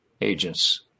agents